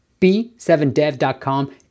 B7Dev.com